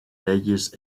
leyes